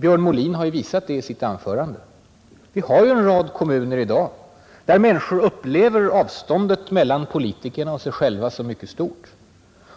Björn Molin har visat det i sitt anförande, Det finns en rad kommuner där människorna i dag upplever avståndet mellan politikerna och sig själva som mycket stort.